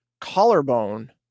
collarbone